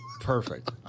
Perfect